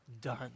done